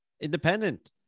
Independent